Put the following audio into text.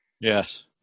Yes